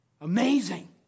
Amazing